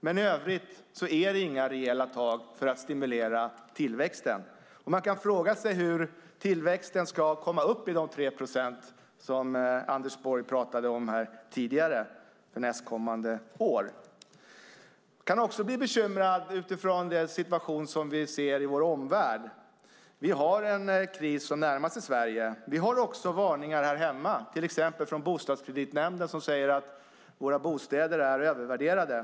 Men i övrigt är det inga rejäla tag för att stimulera tillväxten. Man kan fråga sig hur tillväxten ska komma upp i de 3 procent för nästkommande år som Anders Borg pratade om tidigare. Jag kan också bli bekymrad utifrån den situation som vi ser i vår omvärld. Vi har en kris som närmar sig Sverige. Vi hör också varningar här hemma, till exempel från Bostadskreditnämnden, som säger att våra bostäder är övervärderade.